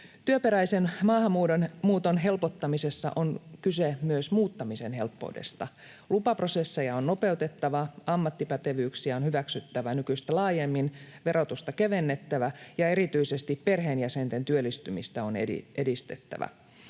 Työperäisen maahanmuuton helpottamisessa on kyse myös muuttamisen helppoudesta. Lupaprosesseja on nopeutettava, ammattipätevyyksiä on hyväksyttävä nykyistä laajemmin, verotusta kevennettävä, ja erityisesti perheenjäsenten työllistymistä on edistettävä.